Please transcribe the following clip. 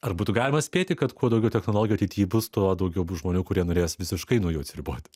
ar būtų galima spėti kad kuo daugiau technologių ateity bus tuo daugiau bus žmonių kurie norės visiškai nuo jų atsiribot